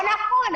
לא נכון.